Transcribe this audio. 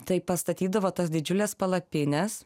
tai pastatydavo tas didžiules palapines